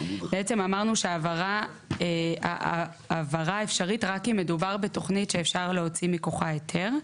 בעצם אמרנו שהבהרה אפשרית רק אם מדובר בתוכנית שאפשר להוציא מכוחה היתר,